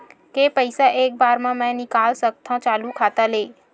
के पईसा एक बार मा मैं निकाल सकथव चालू खाता ले?